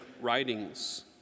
writings